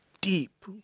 deep